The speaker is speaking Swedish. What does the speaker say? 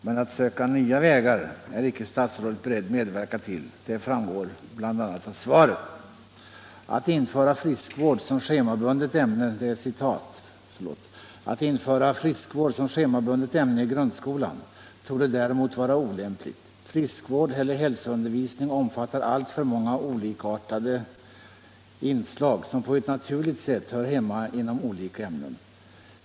Men att söka nya vägar är inte statsrådet beredd att medverka till — det framgår bl.a. av svaret: ”Att införa ”friskvård” som schemabundet ämne i grundskolan torde däremot vara olämpligt. Friskvård eller hälsoundervisning omfattar alltför många olikartade inslag som på ett naturligt sätt hör hemma inom olika ämnen.